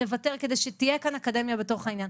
נוותר כדי שתהיה כאן אקדמיה בתוך העניין.